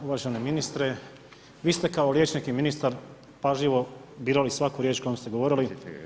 Uvaženi ministre, vi ste kao liječnik i ministar pažljivo birali svaku riječ kojom ste govorili.